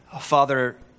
Father